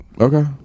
okay